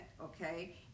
okay